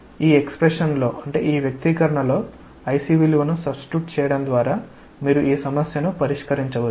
ఈ వ్యక్తీకరణలో IC విలువను సబ్స్టిస్ట్యూట్ చేయడం ద్వారా మీరు ఈ సమస్యను పరిష్కరించవచ్చు